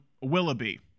Willoughby